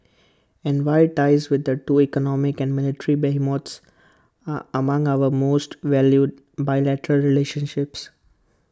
and why ties with the two economic and military behemoths are among our most valued bilateral relationships